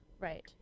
Right